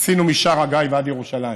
עשינו משער הגיא ועד ירושלים,